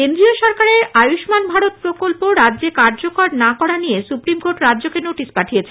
কেন্দ্রীয় সরকারের আয়ুষ্মান ভারত প্রকল্প রাজ্যে কার্যকর না করা নিয়ে সুপ্রিম কোর্ট রাজ্যকে নোটিশ পাঠিয়েছে